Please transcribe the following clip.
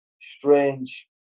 strange